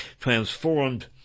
transformed